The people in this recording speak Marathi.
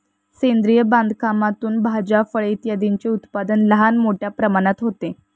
सेंद्रिय बागकामातून भाज्या, फळे इत्यादींचे उत्पादन लहान मोठ्या प्रमाणात होते